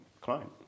client